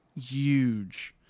huge